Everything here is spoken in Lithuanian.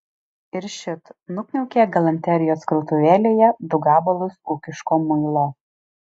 ir šit nukniaukė galanterijos krautuvėlėje du gabalus ūkiško muilo